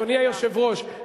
אדוני היושב-ראש,